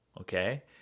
okay